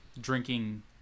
drinking